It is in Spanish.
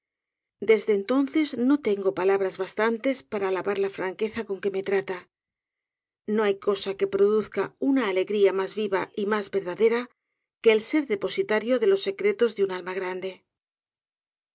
desde entonces no tengo palabras ba stv s para alabar la franqueza con le que pas trata n p hay cosa que produzca una alegría mas viva y mas verdadera que el ser depositario de los secretos de un alma grande